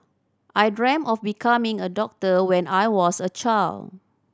I dreamt of becoming a doctor when I was a child